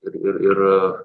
ir ir